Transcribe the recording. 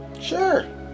Sure